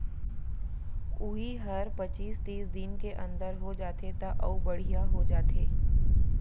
उही हर पचीस तीस दिन के अंदर हो जाथे त अउ बड़िहा हो जाथे